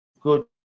good